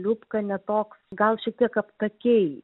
liubka ne toks gal šiek tiek aptakiai